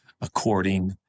according